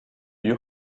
you